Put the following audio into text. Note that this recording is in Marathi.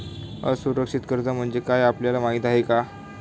असुरक्षित कर्ज म्हणजे काय हे आपल्याला माहिती आहे का?